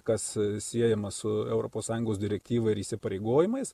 kas siejama su europos sąjungos direktyva ir įsipareigojimais